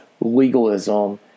legalism